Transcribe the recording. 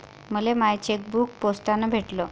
मले my chequebook पोस्टानं भेटल